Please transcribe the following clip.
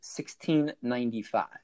1695